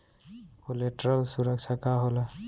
Collateral सुरक्षा का होला?